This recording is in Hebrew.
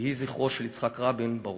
יהי זכרו של יצחק רבין ברוך.